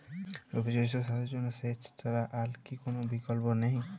রবি শস্য চাষের জন্য সেচ ছাড়া কি আর কোন বিকল্প নেই?